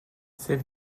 c’est